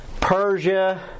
Persia